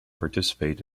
participate